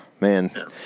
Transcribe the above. man